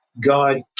God